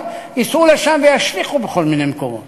ייסעו לשם וישליכו בכל מיני מקומות.